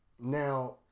Now